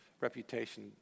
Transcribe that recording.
Reputation